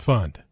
Fund